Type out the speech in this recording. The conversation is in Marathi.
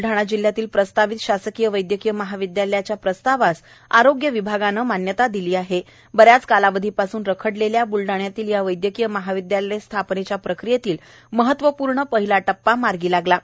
ब्लडाणा जिल्ह्यातील प्रस्तावित शासकीय वैद्यकीय महाविद्यालयाच्या प्रस्तावास आरोग्य विभागाने मान्यता दिली जाणार आहे बऱ्याच कालवधीपासून रखडलेल्या ब्लडाण्यातील या वैदयकीय महाविदयालय स्थापनेच्या प्रक्रियेतील महत्त्वपूर्ण पहिला टप्पा मार्गी लागला आहे